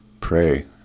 pray